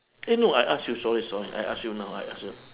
eh no I ask you sorry sorry I ask you now I ask you